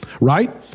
right